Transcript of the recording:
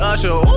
Usher